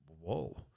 Whoa